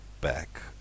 back